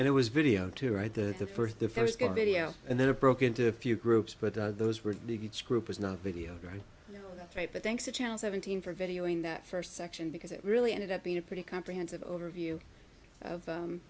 and it was video to write the first the first video and then it broke into a few groups but those were each group is not video right now but thanks to channel seventeen for video in that first section because it really ended up being a pretty comprehensive overview of